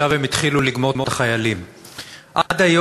עכשיו הן התחילו לגמור את החיילים.